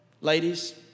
Ladies